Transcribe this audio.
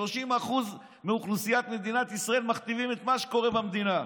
30% מאוכלוסיית מדינת ישראל מכתיבים את מה שקורה במדינה.